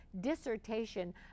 dissertation